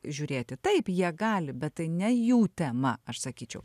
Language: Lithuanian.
žiūrėti taip jie gali bet tai ne jų tema aš sakyčiau